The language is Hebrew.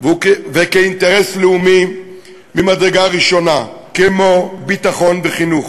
וכאינטרס לאומי ממדרגה ראשונה, כמו ביטחון וחינוך.